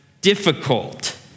difficult